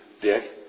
Dick